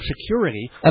security